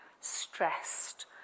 stressed